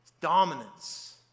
Dominance